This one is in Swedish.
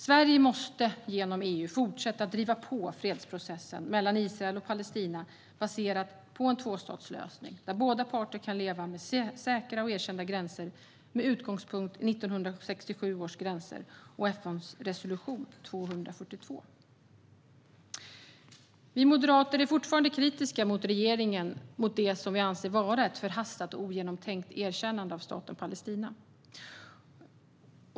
Sverige måste genom EU fortsätta att driva på fredsprocessen mellan Israel och Palestina baserad på en tvåstatslösning där båda parter kan leva med säkra och erkända gränser med utgångspunkt i 1967 års gränser och FN:s resolution 242. Vi moderater är fortfarande kritiska mot regeringen och det som vi anser vara ett förhastat och ogenomtänkt erkännande av Staten Palestina.